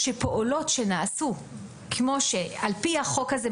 שפעולות שנעשו על פי החוק הזה,